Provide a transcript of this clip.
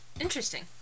Interesting